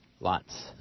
Lots